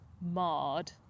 marred